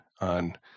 on